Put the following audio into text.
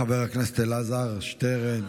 חבר הכנסת אלעזר שטרן,